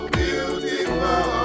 beautiful